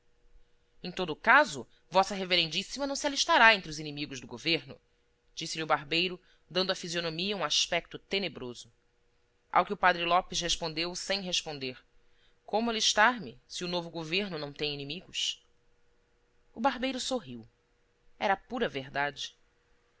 em todo caso vossa reverendíssima não se alistará entre os inimigos do governo disse-lhe o barbeiro dando à fisionomia um aspecto tenebroso ao que o padre lopes respondeu sem responder como alistar me se o novo governo não tem inimigos o barbeiro sorriu era a pura verdade